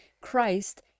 Christ